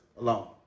Alone